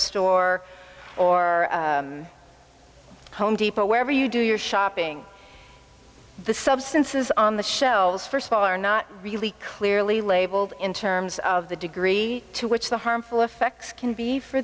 store or home depot or wherever you do your shopping the substances on the shelves first of all are not really clearly labeled in terms of the degree to which the harmful effects can be for